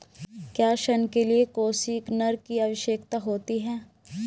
क्या ऋण के लिए कोसिग्नर की आवश्यकता होती है?